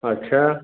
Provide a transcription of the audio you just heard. अच्छा